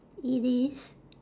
it is